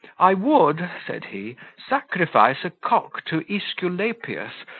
i would, said he, sacrifice a cock to esculapius,